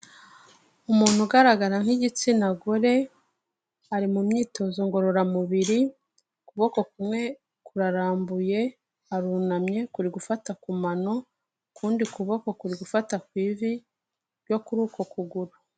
Umuntu ugaragara nk'igitsina gore, ari mu myitozo ngororamubiri, ukuboko kumwe kurarambuye, arunamye, kuri gufata ku mano, ukundi kuboko kuri gufata ku ivi ryo kuri uko kuguru.